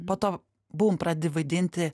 po to būm pradedi vaidinti